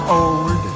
old